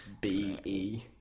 B-E